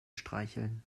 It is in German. streicheln